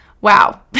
wow